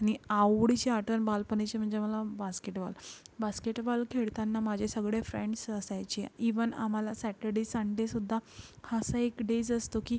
नि आवडीची आठवण बालपणीची म्हणजे मला बास्केटबॉल बास्केटबॉल खेळताना माझे सगडे फ्रेंड्स असायचे इवन आम्हाला सॅटर्डे संडेसुद्धा हा असा एक डेज असतो की